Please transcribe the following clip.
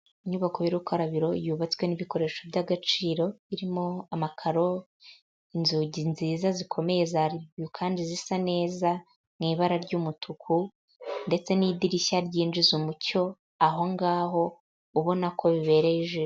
Inyubako y'urukarabiro yubatswe n'ibikoresho by'agaciro, birimo amakaro, inzugi nziza zikomeye za ribuyu kandi zisa neza mu ibara ry'umutuku, ndetse n'idirishya ryinjiza umucyo ahongaho ubona ko bibereye ijisho.